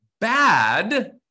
bad